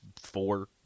four